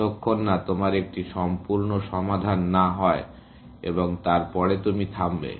যতক্ষণ না তোমার একটি সম্পূর্ণ সমাধান না হয় এবং তারপরে তুমি থামবে